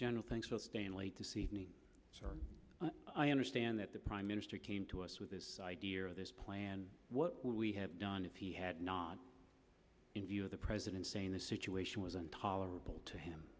general thanks for staying late this evening so i understand that the prime minister came to us with this idea of this plan what we had done if he had not in view of the president saying the situation was intolerable to him